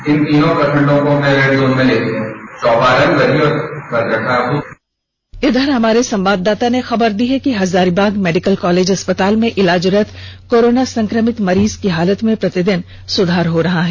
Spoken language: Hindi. इधर हमारे संवाददाता ने खबर दी है कि हजारीबाग मेडिकल कॉलेज अस्पताल में इलाजरत कोरोना संक्रमित मरीज की हालत में प्रतिदिन सुधार हो रहा है